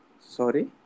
sorry